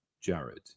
Jared